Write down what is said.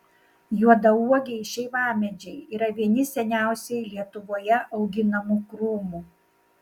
juodauogiai šeivamedžiai yra vieni seniausiai lietuvoje auginamų krūmų